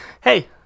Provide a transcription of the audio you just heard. hey